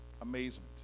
amazement